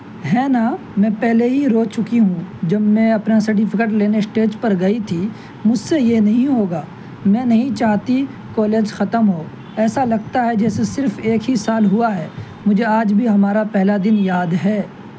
ہے نا میں پہلے ہی رو چکی ہوں جب میں اپنا سرٹیفکیٹ لینے اسٹیج پر گئی تھی مجھ سے یہ نہیں ہوگا میں نہیں چاہتی کالج ختم ہو ایسا لگتا ہے جیسے صرف ایک ہی سال ہوا ہے مجھے آج بھی ہمارا پہلا دن یاد ہے